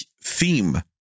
theme